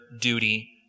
duty